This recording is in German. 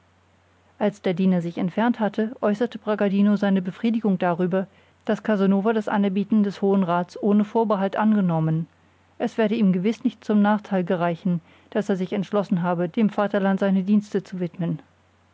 als der diener sich entfernt hatte äußerte bragadino seine befriedigung darüber daß casanova das anerbieten des hohen rats ohne vorbehalt angenommen es werde ihm gewiß nicht zum nachteil gereichen daß er sich entschlossen habe dem vaterland seine dienste zu widmen